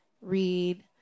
read